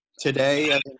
Today